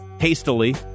hastily